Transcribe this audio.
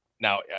now